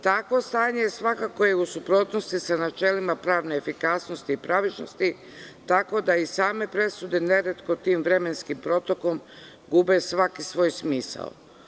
Takvo stanje svakako je u suprotnosti sa načelima pravne efikasnosti i pravičnosti, tako da i same presude neretko tim vremenskim protokom gube svaki svoj smisao.